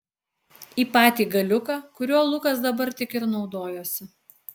į patį galiuką kuriuo lukas dabar tik ir naudojosi